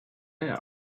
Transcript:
hair